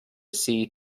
see